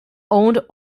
owned